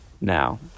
now